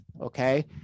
Okay